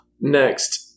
next